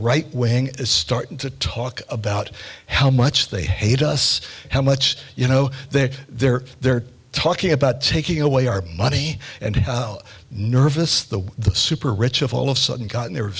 right wing is starting to talk about how much they hate us how much you know they're there they're talking about taking away our money and how nervous the super rich of all of sudden got in there